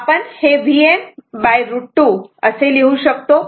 आपण हे Vm√ 2 असे लिहू शकतो